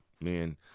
man